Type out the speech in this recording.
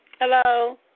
Hello